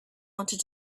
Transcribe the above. wanted